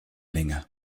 länge